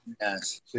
Yes